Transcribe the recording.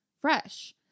fresh